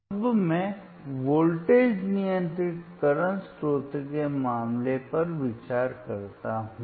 अब मैं वोल्टेज नियंत्रित वर्तमान स्रोत के मामले पर विचार करता हूं